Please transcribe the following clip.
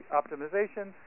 optimization